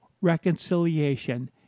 reconciliation